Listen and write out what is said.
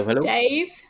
Dave